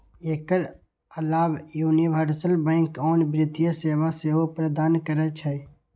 एकर अलाव universal bank आन वित्तीय सेवा सेहो प्रदान करै छै